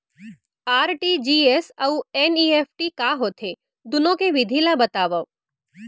RTGS अऊ NEFT का होथे, दुनो के विधि ला बतावव